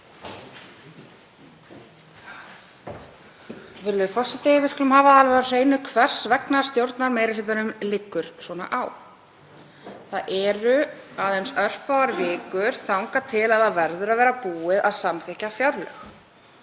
forseti. Við skulum hafa það alveg á hreinu hvers vegna stjórnarmeirihlutanum liggur svona á. Það eru aðeins örfáar vikur þangað til að það verður að vera búið að samþykkja fjárlög.